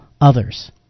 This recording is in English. others